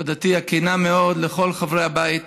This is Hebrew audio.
תודתי הכנה מאוד לכל חברי הבית